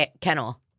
kennel